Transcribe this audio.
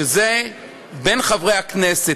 שזה בין חברי הכנסת,